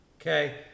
Okay